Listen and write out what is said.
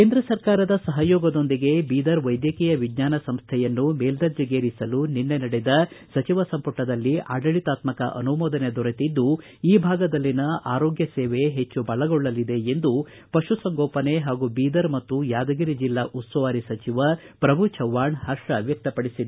ಕೇಂದ್ರ ಸರ್ಕಾರದ ಸಹಯೋಗದೊಂದಿಗೆ ಬೀದರ್ ವೈದ್ಯಕೀಯ ವಿಜ್ಞಾನ ಸಂಸ್ಥೆಯನ್ನು ಮೇಲ್ದರ್ಜೆಗೇರಿಸಲು ನಿನ್ನೆ ನಡೆದ ಸಚಿವ ಸಂಪುಟದಲ್ಲಿ ಆಡಳಿತಾತ್ಮಕ ಅನುಮೊದನೆ ದೊರೆತಿದ್ದು ಈ ಭಾಗದಲ್ಲಿನ ಆರೋಗ್ಯ ಸೇವೆ ಹೆಚ್ಚು ಬಲಗೊಳ್ಳಲಿದೆ ಎಂದು ಪಶುಸಂಗೋಪನೆ ಹಾಗೂ ಬೀದರ್ ಮತ್ತು ಯಾದಗಿರಿ ಜಿಲ್ಲಾ ಉಸ್ತುವಾರಿ ಸಚಿವ ಪ್ರಭು ಚವ್ಹಾಣ್ ಪರ್ಷ ವ್ಯಕ್ತಪಡಿಸಿದ್ದಾರೆ